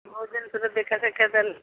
ବହୁତ ଦିନ ପରେ ଦେଖା ସାକ୍ଷାତ ହେଲା